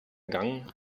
gang